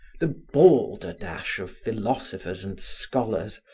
the balderdash of philosophers and scholars,